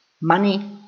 Money